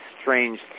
strange